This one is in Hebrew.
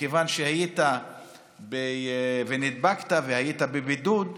מכיוון שנדבקת והיית בבידוד,